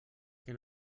què